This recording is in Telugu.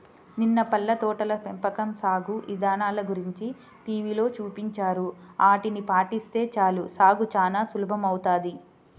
నిన్న పళ్ళ తోటల పెంపకం సాగు ఇదానల గురించి టీవీలో చూపించారు, ఆటిని పాటిస్తే చాలు సాగు చానా సులభమౌతది